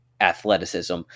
athleticism